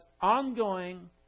ongoing